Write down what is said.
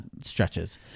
stretches